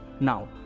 Now